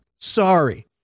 Sorry